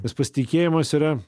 nes pasitikėjimas yra